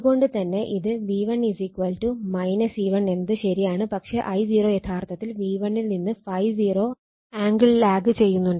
അത് കൊണ്ട് തന്നെ ഇത് V1 E1 എന്നത് ശരിയാണ് പക്ഷെ I0 യഥാർത്ഥത്തിൽ V1 ൽ നിന്ന് ∅0 ആംഗിൾ ലാഗ് ചെയ്യുന്നുണ്ട്